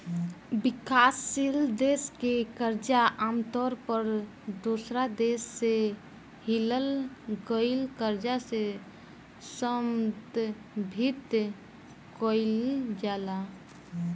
विकासशील देश के कर्जा आमतौर पर दोसरा देश से लिहल गईल कर्जा से संदर्भित कईल जाला